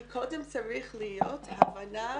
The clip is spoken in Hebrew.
קודם צריכה להיות הבנה